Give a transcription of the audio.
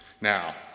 Now